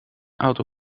auto